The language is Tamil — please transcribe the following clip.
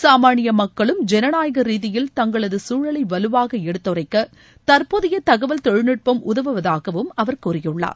சாமானிய மக்களும் ஜனநாயக ரீதியில் தங்களது சூழலை வலுவாக எடுத்துரைக்க தற்போதைய தகவல் தொழில்நுட்பம் உதவுவதாகவும் அவர் கூறியுள்ளார்